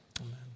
Amen